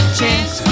chance